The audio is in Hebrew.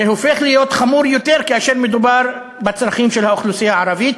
זה הופך להיות חמור יותר כאשר מדובר בצרכים של האוכלוסייה הערבית,